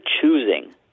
choosing